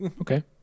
Okay